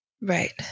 Right